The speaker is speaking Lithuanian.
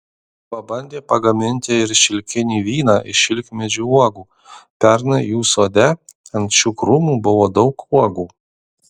pabandė pagaminti ir šilkinį vyną iš šilkmedžių uogų pernai jų sode ant šių krūmų buvo daug uogų